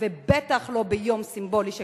ובטח לא ביום סימבולי שכזה.